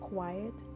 Quiet